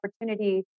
opportunity